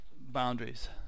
boundaries